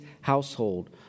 household